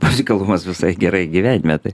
muzikalumas visai gerai gyvenime taip